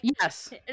yes